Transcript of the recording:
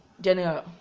General